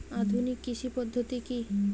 আধুনিক কৃষি পদ্ধতি কী?